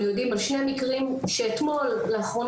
אנחנו יודעים על שני מקרים שאתמול לאחרונה,